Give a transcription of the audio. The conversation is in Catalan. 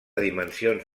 dimensions